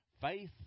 faith